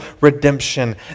redemption